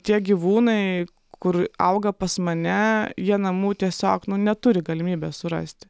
tie gyvūnai kur auga pas mane jie namų tiesiog nu neturi galimybės surasti